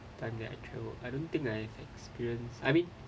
time that I travel I don't think I've experience I mean